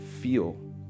feel